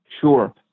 Sure